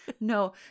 no